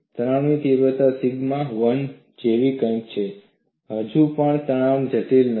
તણાવની તીવ્રતા સિગ્મા 1 જેવી કંઈક છે હજુ પણ તણાવ જટિલ નથી